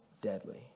deadly